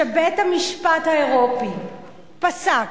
שבית-המשפט האירופי פסק